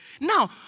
Now